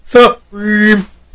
Supreme